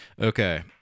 Okay